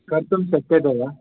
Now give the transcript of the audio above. कर्तुं शक्यते वा